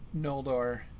Noldor